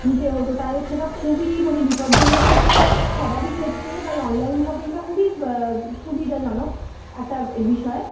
নিতে হতো তাহলে সেটা খুবই মানে বিপদজনক হতো সবারই ক্ষেত্রে তাই অনলাইন শপিংটা খুবই সুবিধাজনক একটা বিষয়ে